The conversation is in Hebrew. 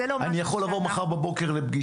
זה לא משהו שאנחנו --- אני יכול לבוא מחר בבוקר לפגישה,